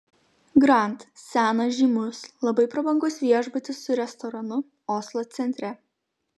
grand senas žymus labai prabangus viešbutis su restoranu oslo centre